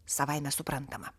savaime suprantama